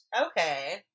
Okay